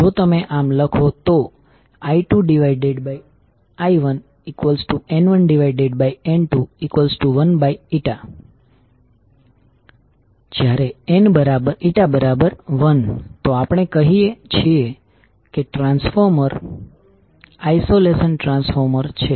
જો તમે આમ લખો તો I2I1N1N21n જયારે n1 તો આપણે કહીએ છીએ કે ટ્રાન્સફોર્મર આઇસોલેશન ટ્રાન્સફોર્મર છે